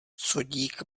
sodík